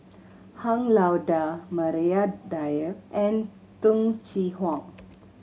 Han Lao Da Maria Dyer and Tung Chye Hong